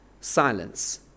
Silence